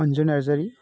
Anju Narzary